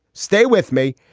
stay with me.